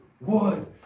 wood